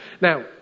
Now